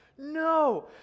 No